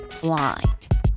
blind